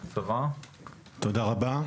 תודה רבה.